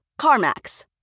CarMax